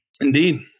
indeed